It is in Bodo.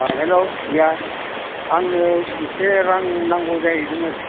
अ हेल्ल' बियाय आंनो एसे रां नांगौ जाहैदोंमोन